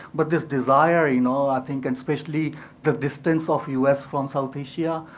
but this desire, you know, i think, and especially the distance of us from south asia,